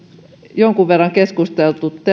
jonkun verran keskustellut